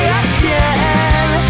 again